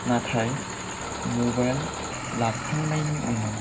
नाथाइ मबाइल लाखांनायनि उनाव